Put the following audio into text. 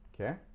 Okay